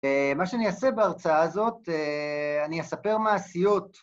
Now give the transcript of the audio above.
‫מה שאני אעשה בהרצאה הזאת, ‫אני אספר מעשיות.